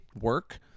work